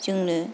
जोंनो